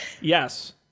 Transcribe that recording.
yes